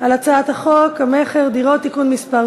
על הצעת חוק המכר (דירות) (תיקון מס'